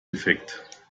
defekt